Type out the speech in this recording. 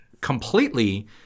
completely